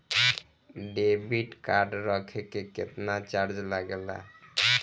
Debit card रखे के केतना चार्ज लगेला?